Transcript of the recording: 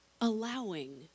allowing